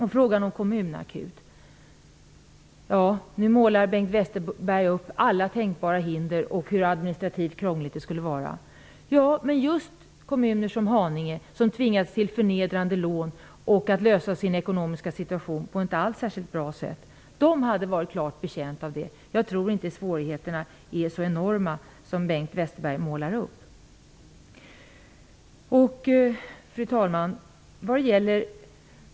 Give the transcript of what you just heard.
I fråga om kommunakuten målar Bengt Westerberg upp alla tänkbara hinder, bl.a. administrativt krångel. Men just kommuner som Haninge, som har tvingats ta förnedrande lån och klara sin ekonomiska situation på ett inte särskilt bra sätt, hade varit klart betjänta av en kommunakut. Jag tror inte att svårigheterna är så enorma som Bengt Westerberg målar upp. Jag tror inte att svårigheterna är så enorma som Bengt Westerberg målar upp. Fru talman!